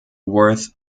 worth